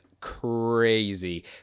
crazy